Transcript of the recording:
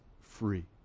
free